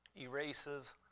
erases